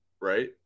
right